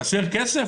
חסר כסף?